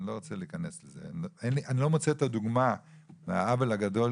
את הדוגמה לעוול הגדול,